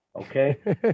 Okay